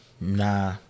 Nah